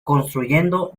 construyendo